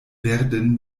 werden